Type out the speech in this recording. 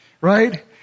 right